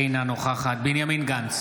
אינה נוכחת בנימין גנץ,